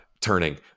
turning